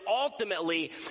ultimately